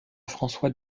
françois